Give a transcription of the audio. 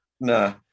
No